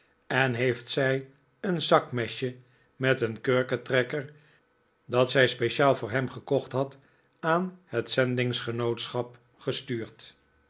en heeft zij een zakmesje met een kurkentrekker dat zij speciaal voor hem gekocht had aan net zendingsgenootschap gestuurd